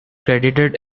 credited